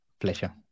Pleasure